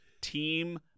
team